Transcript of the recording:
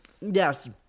Yes